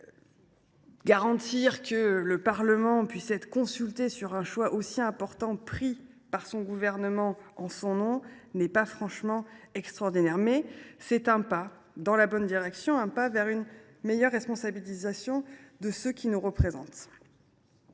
Garantir que le Parlement puisse être consulté sur un choix aussi important fait, en son nom, par le Gouvernement n’est pas franchement extraordinaire, mais c’est un pas dans la bonne direction, un pas vers une responsabilisation renforcée de ceux qui nous représentent.